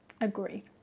agree